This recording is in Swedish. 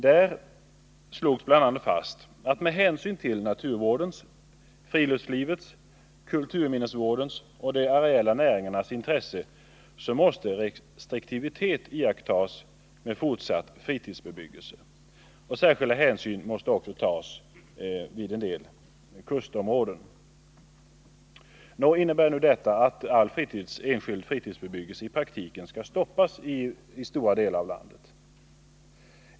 Där slogs bl.a. fast att med hänsyn till naturvårdens, friluftslivets, kulturminnesvårdens och de areella näringarnas intresse måste restriktivitet iakttas med fortsatt fritidsbebyggelse. Särskilda hänsyn måste också tas till en del kustområden. Innebär detta att all enskild fritidsbebyggelse i praktiken skall stoppas i stora delar av landet?